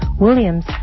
Williams